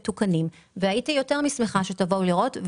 הייתי יותר משמחה שתבואו לראות,